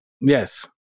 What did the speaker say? Yes